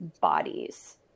bodies